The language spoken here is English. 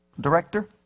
director